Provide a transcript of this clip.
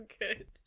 good